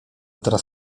teraz